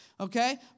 okay